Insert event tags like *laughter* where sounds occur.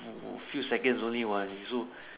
*noise* few seconds only what you so